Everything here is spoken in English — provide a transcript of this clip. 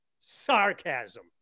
sarcasm